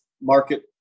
market